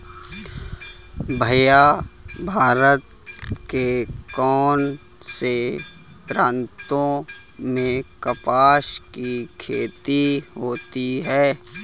भैया भारत के कौन से प्रांतों में कपास की खेती होती है?